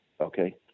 Okay